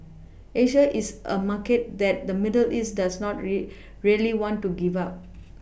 Asia is a market that the middle east does not really want to give up